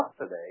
today